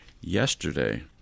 yesterday